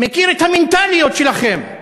מכיר את המנטליות שלכם.